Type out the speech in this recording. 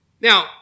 Now